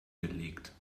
gelegt